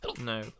No